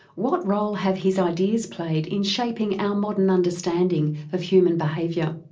what role have his ideas played in shaping our modern understanding of human behaviour?